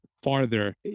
farther